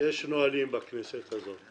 יש נהלים בכנסת הזאת.